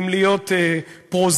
אם להיות פרוזאי.